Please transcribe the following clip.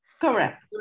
Correct